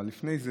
אבל לפני זה,